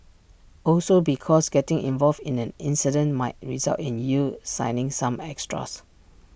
also because getting involved in an incident might result in you signing some extras